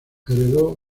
heredó